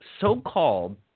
so-called